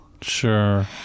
Sure